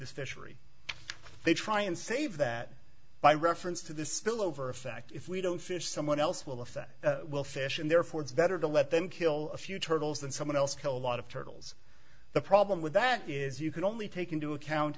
fishery they try and save that by reference to the spillover effect if we don't fish someone else will affect will fish and therefore it's better to let them kill a few turtles than someone else kill a lot of turtles the problem with that is you can only take into account